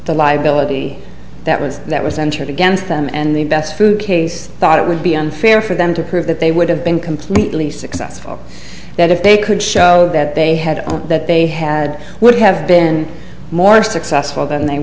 the liability that was that was entered against them and the best food case thought it would be unfair for them to prove that they would have been completely successful that if they could show that they had all that they had would have been more successful than they